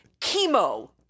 chemo